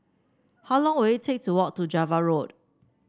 how long will it take to walk to Java Road